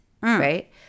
right